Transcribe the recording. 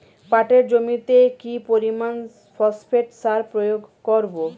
পাটের জমিতে কি পরিমান ফসফেট সার প্রয়োগ করব?